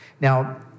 Now